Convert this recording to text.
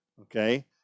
Okay